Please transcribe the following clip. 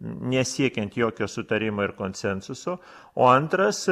nesiekiant jokio sutarimo ir konsensuso o antras